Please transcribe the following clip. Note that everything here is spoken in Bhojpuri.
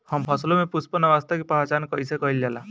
हम फसलों में पुष्पन अवस्था की पहचान कईसे कईल जाला?